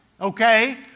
Okay